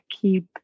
keep